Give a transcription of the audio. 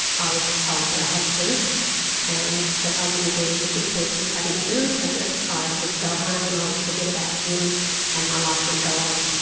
i was just told that i had to do it and that i wouldn't be a good person if i didn't do it, and that i would go home and i would forget about him and my life would go on.